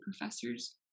professors